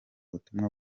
butumwa